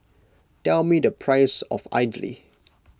tell me the price of idly